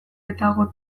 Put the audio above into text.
eta